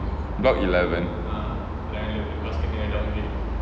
block eleven